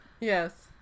Yes